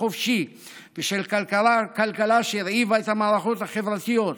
חופשי ושל כלכלה שהרעיבה את המערכות החברתיות,